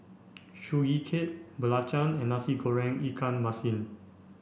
Sugee Cake Belacan and Nasi Goreng Ikan Masin